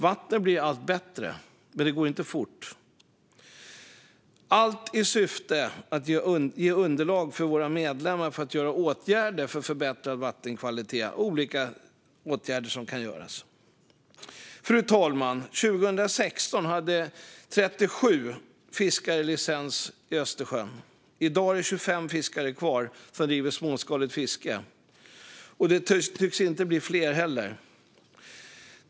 Vattnet blir allt bättre, men det går inte fort. Vi gör allt i syfte att ge underlag för våra medlemmar att förbättra vattenkvaliteten genom olika åtgärder som kan vidtas. Fru talman! År 2016 hade 37 fiskare licens i Östersjön. I dag är det 25 fiskare kvar som driver småskaligt fiske, och det tycks inte bli fler.